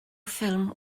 ffilm